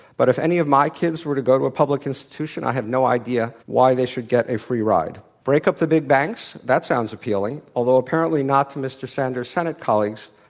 but if any of my kids were to go to a public institution, i have no idea why they should get a free ride. break up the big banks? that sounds appealing, although apparently not to mr. sanders's senate colleagues,